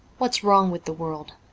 what's wrong with the world.